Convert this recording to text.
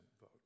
vote